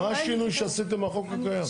מה השינוי שעשיתם בחוק הקיים?